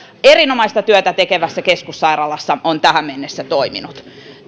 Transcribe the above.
erinomaista työtä tekevässä keskussairaalassa on tähän mennessä toiminut